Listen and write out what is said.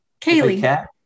Kaylee